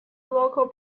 local